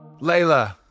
Layla